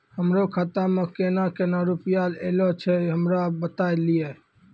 हमरो खाता मे केना केना रुपैया ऐलो छै? हमरा बताय लियै?